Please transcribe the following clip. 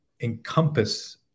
encompass